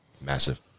massive